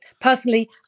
Personally